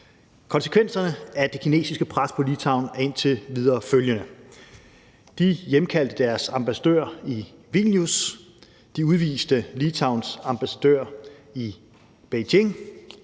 Konsekvenserne af det kinesiske pres på Litauen er indtil videre følgende: De hjemkaldte deres ambassadør i Vilnius; de udviste Litauens ambassadør i Beijing;